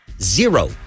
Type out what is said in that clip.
zero